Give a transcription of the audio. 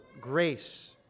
grace